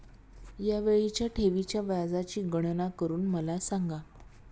या वेळीच्या ठेवीच्या व्याजाची गणना करून मला सांगा